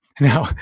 Now